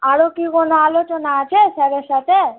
আরো কি কোনো আলোচনা আছে স্যারের সাথে